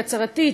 היא הצהרתית,